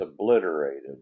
obliterated